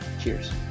Cheers